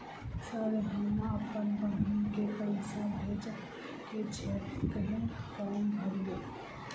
Sir हम अप्पन बहिन केँ पैसा भेजय केँ छै कहैन फार्म भरीय?